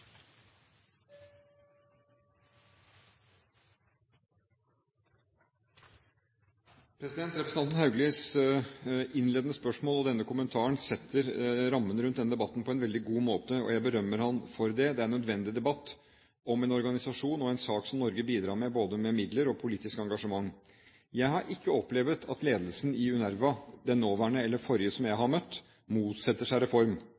fokus. Representanten Hauglis innledende spørsmål og denne kommentaren setter rammen rundt denne debatten på en veldig god måte, og jeg berømmer ham for det. Det er en nødvendig debatt om en organisasjon og en sak som Norge bidrar til både med midler og politisk engasjement. Jeg har ikke opplevd at ledelsen i UNRWA – den nåværende eller den forrige som jeg har møtt – motsetter seg reform.